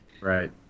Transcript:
Right